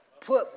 Put